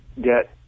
get